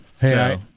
Hey